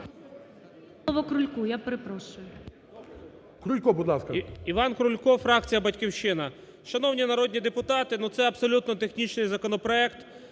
Іван Крулько, фракція "Батьківщина". Шановні народні депутати, ну це абсолютно технічний законопроект,